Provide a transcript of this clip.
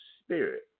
Spirit